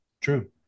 True